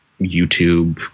YouTube